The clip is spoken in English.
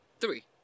Three